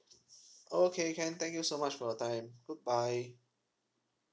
okay can thank you so much for your time goodbye